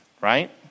right